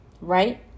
right